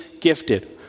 gifted